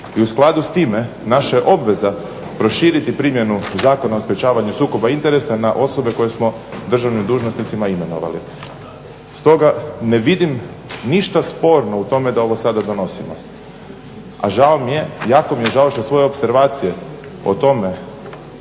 i u skladu s time naša je obveza proširiti primjenu Zakona o sprečavanju sukoba interesa na osobe koje smo državnim dužnosnicima imenovali. Stoga ne vidim ništa sporno u tome da ovo sada donosimo. A žao mi je, jako mi je žao što svoje opservacije o tome